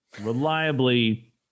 reliably